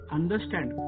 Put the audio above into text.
understand